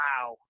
wow